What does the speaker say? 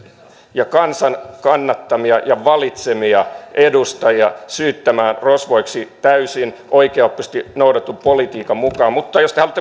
ja kansan kannattamia ja valitsemia edustajia syyttämään rosvoiksi täysin oikeaoppisesti noudatetun politiikan mukaan mutta jos te haluatte